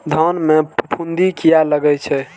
धान में फूफुंदी किया लगे छे?